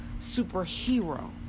superhero